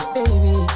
baby